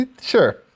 Sure